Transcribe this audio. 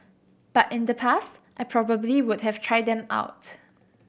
but in the past I probably would have tried them out